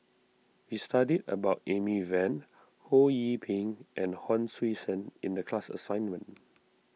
we studied about Amy Van Ho Yee Ping and Hon Sui Sen in the class assignment